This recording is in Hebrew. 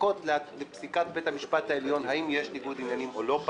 לחכות לפסיקת בית המשפט העליון האם יש ניגוד עניינים או לא,